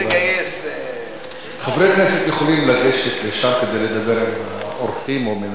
חברי כנסת יכולים לגשת לשם ולדבר עם האורחים או המנהלים.